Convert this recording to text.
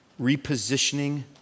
repositioning